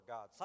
God